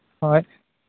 ᱦᱳᱭ